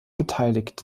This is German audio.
beteiligt